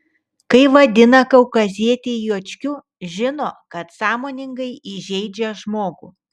kai vadina kaukazietį juočkiu žino kad sąmoningai įžeidžia žmogų